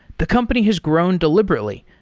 the company has grown deliberately,